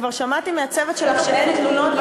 אני כבר שמעתי מהצוות שלך שאין תלונות,